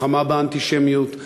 מלחמה באנטישמיות,